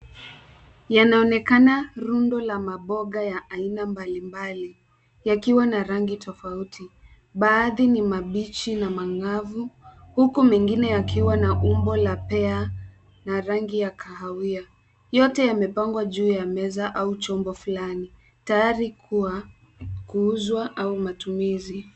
Yanaonekana rundo la maboga ya aina mbalimbali yakiwa na rangi tofauti. Baadhi ni mabichi na mangavu huku mengine yakiwa na umbo la pair na rangi ya kahawia. Yote yamepangwa juu ya meza au chombo fulani, tayari kwa kuuzwa au matumizi.